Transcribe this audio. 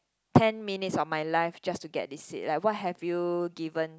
ten minutes of my life just to get this seat like what have you given